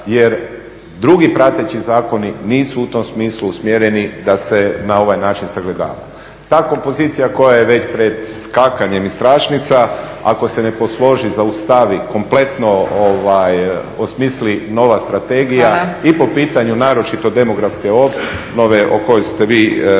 jer dugi prateći zakoni nisu u tom smislu usmjereni da se na ovaj način sagledava. Ta kompozicija koja je već pred iskakanjem iz tračnica ako se ne posloži, zaustavi kompletno osmisli nova strategija i po pitanju naročito demografske obnove o kojoj ste vi natuknuli